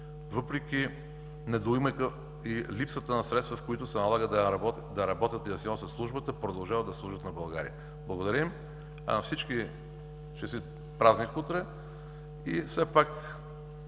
въпреки недоимъка и липсата на средства, в които се налага да работят и да носят службата си, продължават да служат на България. Благодаря! А на всички – честит празник утре! Все пак